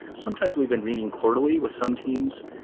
sometimes we've been meeting quarterly with some teams.